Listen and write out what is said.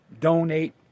donate